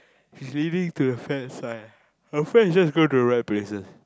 he's leaving to the friends side my friends is just going to rent places